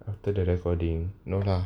after the recording no lah